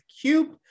Cube